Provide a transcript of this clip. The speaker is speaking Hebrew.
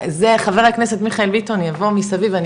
זה חבר הכנסת מיכאל ביטון יבוא מסביב ואני